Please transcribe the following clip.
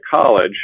college